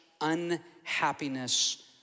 unhappiness